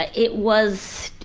it it was.